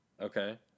Okay